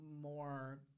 more